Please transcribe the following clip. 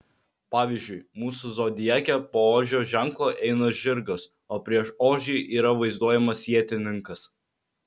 pavyzdžiui mūsų zodiake po ožio ženklo eina žirgas o prieš ožį yra vaizduojamas ietininkas